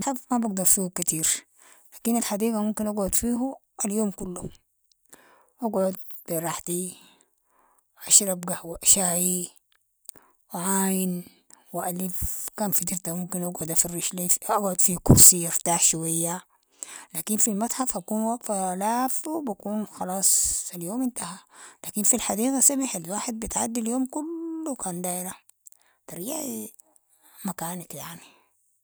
متحف ما بقدر فيهو كتير، لكن الحديقة ممكن اقعد فيهو اليوم كلو، اقعد بي رحلتي اشرب قهوة شاي و اعاين و الف كان فترت ممكن اقعد افرش لي اقعد في كرسي ارتاح شوية، لكن في المتحف حكون واقفة لافة و بكون خلاص اليوم انتهى، لكن في الحديقة سمح الواحد بتعدي اليوم كلو كان دايرة، ترجعي مكانك يعني.